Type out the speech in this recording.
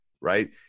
right